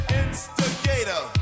instigator